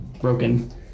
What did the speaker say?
broken